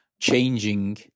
changing